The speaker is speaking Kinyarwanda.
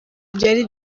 byari